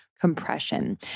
compression